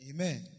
Amen